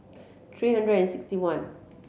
three hundred and sixty one